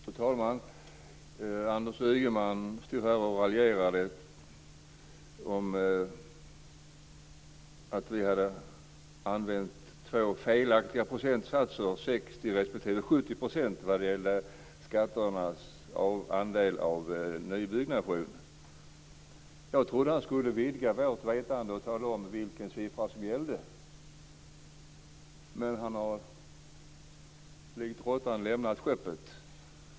Fru talman! Anders Ygeman stod här och raljerade om att vi hade använt två felaktiga procentsatser - 60 respektive 70 % vad gäller skatternas andel av nybyggnation. Jag trodde att han skulle vidga vårt vetande, och tala om vilken siffra som gäller. Men han har likt råttan lämnat skeppet.